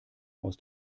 aus